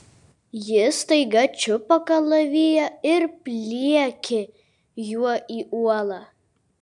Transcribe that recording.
ji staiga čiupo kalaviją ir pliekė juo į uolą